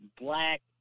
black